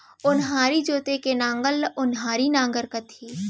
ओन्हारी जोते के नांगर ल ओन्हारी नांगर कथें